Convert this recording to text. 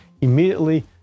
immediately